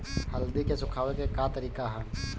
हल्दी के सुखावे के का तरीका ह?